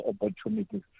opportunities